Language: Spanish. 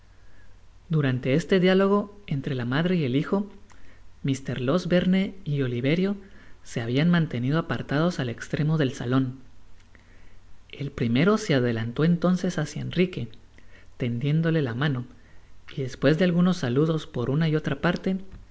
durante este diálogo entre la madre y el hijo mr losberne y oliverio se habian mantenido apartados al estremo del salon el primero se adelantó entonces hacia enrique tendiéndole la mano y despues de algunos saludos por una y otra parte